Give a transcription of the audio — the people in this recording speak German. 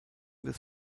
des